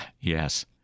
Yes